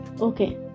Okay